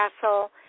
Castle